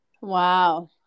Wow